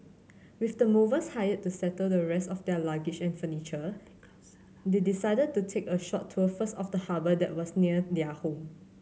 with the movers hired to settle the rest of their luggage and furniture they decided to take a short tour first of the harbour that was near their home